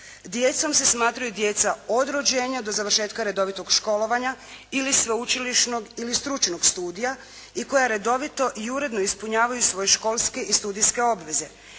Djecom se smatraju djeca od rođenja do završetka redovitog školovanja ili sveučilišnog ili stručnog studija i koja redovito i uredno ispunjavaju svoje školske i studijske obveze,